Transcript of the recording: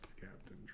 Captain